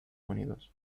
unidos